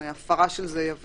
הפרה של זה עבירה,